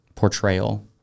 Portrayal